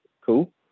Cool